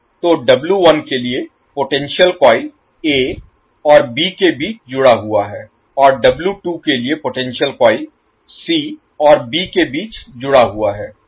तो के लिए पोटेंशियल कॉइल ए और बी के बीच जुड़ा हुआ है और के लिए पोटेंशियल कॉइल सी और बी के बीच जुड़ा हुआ है